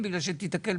תודה רבה.